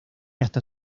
hasta